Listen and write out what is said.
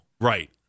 Right